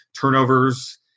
turnovers